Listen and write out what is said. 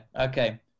Okay